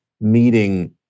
meeting